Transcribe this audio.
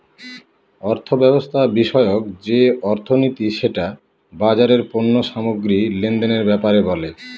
অর্থব্যবস্থা বিষয়ক যে অর্থনীতি সেটা বাজারের পণ্য সামগ্রী লেনদেনের ব্যাপারে বলে